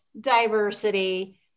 diversity